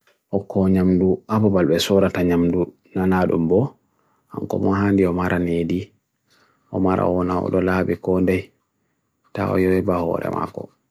Oko nyamdu, abo balwe sorata nyamdu nanadumbo Anko mohan di omara nedi Omara oona odolabi konde Taoyoi bahore mako